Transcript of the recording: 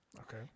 Okay